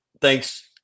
thanks